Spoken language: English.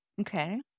Okay